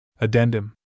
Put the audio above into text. Addendum